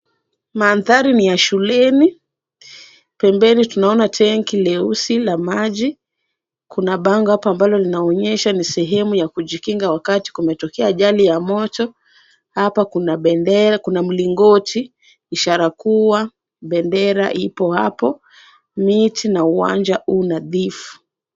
Mandhari ni ya shuleni, pembeni tunaona tanki leusi la maji. Kuna bango hapa ambalo linaonyesha ni sehemu ya kujikinga wakati kumetokea ajali ya moto, hapa kuna mlingoti, ishara kuwa bendera ipo hapo, miti na uwanja u nadhifu.